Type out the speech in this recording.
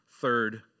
Third